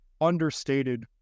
understated